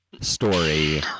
story